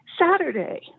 Saturday